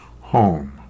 home